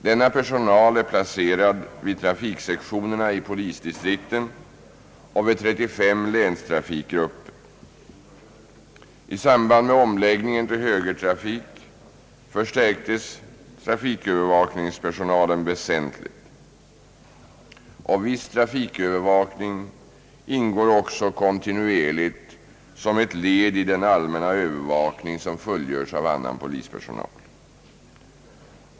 Denna personal är placerad vid trafiksektionerna i polisdistrikten och vid 35 länstrafikgrupper. I samband med omläggningen till högertrafik förstärktes trafikövervakningspersonalen = väsentligt. Viss trafikövervakning ingår också kontinuerligt som ett led i den allmänna övervakning som fullgörs av annan polispersonal.